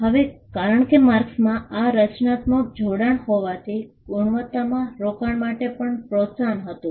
હવે કારણ કે માર્કસમાં આ રચનાત્મક જોડાણ હોવાથી ગુણવત્તામાં રોકાણ માટે પણ પ્રોત્સાહન હતું